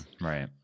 right